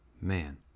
man